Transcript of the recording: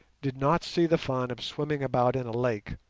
did not see the fun of swimming about in a lake,